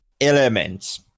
elements